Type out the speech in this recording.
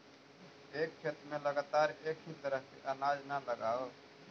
एक खेत में लगातार एक ही तरह के अनाज न लगावऽ